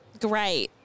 Great